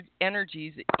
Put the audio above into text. energies